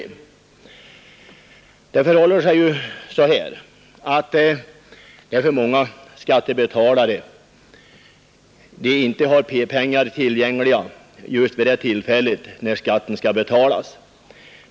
Det förhåller sig ju så, att många skattebetalare inte har skattepengar tillgängliga just när skatten skall betalas.